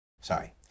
Sorry